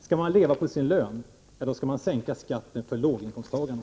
Skall man leva på sin lön skall vi sänka skatten för låginkomsttagarna?